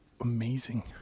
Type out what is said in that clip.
amazing